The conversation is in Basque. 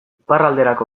iparralderako